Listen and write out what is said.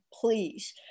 please